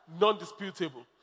non-disputable